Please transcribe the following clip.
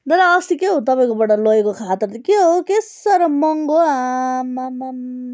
दादा अस्ति क्याउ तपाईँकोबाट लगेको खाता त के हौ के साह्रो महँगो हौ आम्मामाम